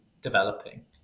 developing